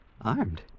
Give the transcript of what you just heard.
Armed